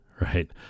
right